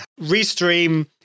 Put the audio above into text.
Restream